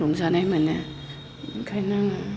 रंजानाय मोनो ओंखायनो आङो